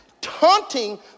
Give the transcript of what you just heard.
taunting